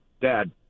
Dad